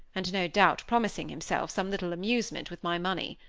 and no doubt promising himself some little amusement with my money.